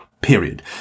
period